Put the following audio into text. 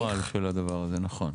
על הנוהל של הדבר הזה, נכון.